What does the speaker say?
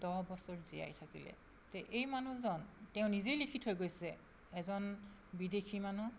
দহ বছৰ জীয়াই থাকিলে তে এই মানুহজন তেওঁ নিজে লিখি থৈ গৈছে এজন বিদেশী মানুহ